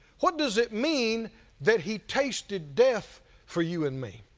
what does it mean that he tasted death for you and me?